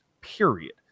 period